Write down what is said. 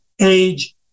age